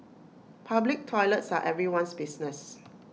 public toilets are everyone's business